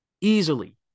easily